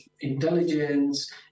intelligence